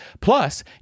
Plus